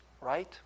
right